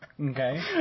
Okay